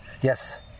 Yes